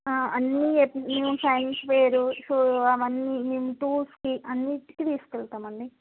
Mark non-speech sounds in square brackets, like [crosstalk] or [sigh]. అన్ని events science fair [unintelligible] టూర్స్కి అన్నింటికీ తీసుకెళతాము అండి